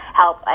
help